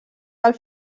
del